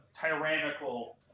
tyrannical